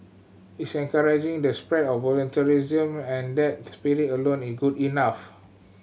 it's encouraging the spread of voluntarism and that spirit alone is good enough